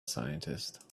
scientist